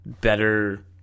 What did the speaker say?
better